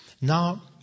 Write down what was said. Now